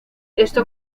esto